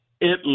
Italy